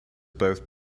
both